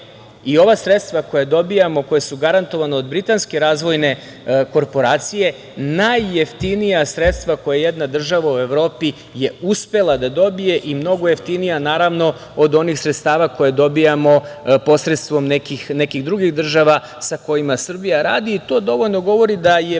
i ova sredstva koja dobijamo i koja su garantovana od britanske Razvojne korporacije najjeftinija sredstva koja jedna država u Evropi je uspela da dobije i mnogo jeftina od onih sredstava koja dobijamo posredstvom nekih drugih država sa kojima Srbija radi. To dovoljno govori da je